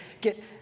get